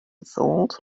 thought